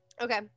Okay